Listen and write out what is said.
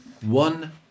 one